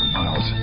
miles